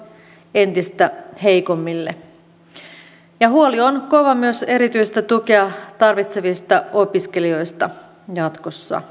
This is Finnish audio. entistä heikommalle huoli on kova myös erityistä tukea tarvitsevista opiskelijoista jatkossa